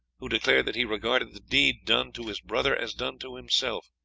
who declared that he regarded the deed done to his brother as done to himself.